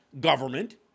government